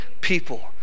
people